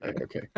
okay